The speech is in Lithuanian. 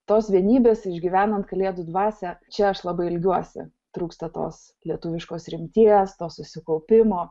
tos vienybės išgyvenant kalėdų dvasią čia aš labai ilgiuosi trūksta tos lietuviškos rimties susikaupimo